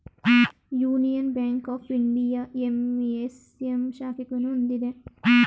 union Bank of India MSM ಶಾಖೆಗಳನ್ನು ಹೊಂದಿದೆ